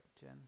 Jen